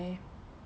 pretty